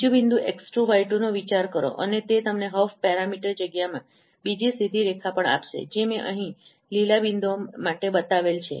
બીજું બિંદુ x2 y2 નો વિચાર કરો અને તે તમને હફ પેરામીટર જગ્યામાં બીજી સીધી રેખા પણ આપશે જે મેં અહીં લીલા બિંદુઓ માટે બતાવેલ છે